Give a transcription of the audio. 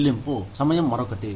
చెల్లింపు సమయం మరొకటి